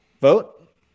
Vote